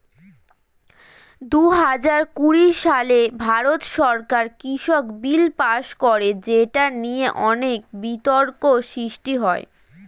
দুহাজার কুড়ি সালে ভারত সরকার কৃষক বিল পাস করে যেটা নিয়ে অনেক বিতর্ক সৃষ্টি হয়